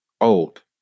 old